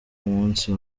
munsi